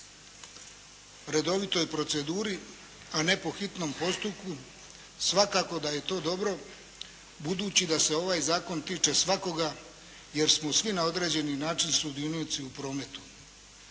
redovitoj proceduri a ne po hitnom postupku svakako da je to dobro, budući da se ovaj zakon tiče svakako jer smo svi na određeni način sudionici u prometu.